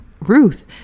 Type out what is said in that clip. Ruth